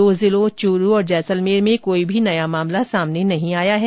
दो जिलों चूरू और जैसलमेर में कोई भी नया मामला सामने नहीं आया है